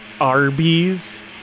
Arby's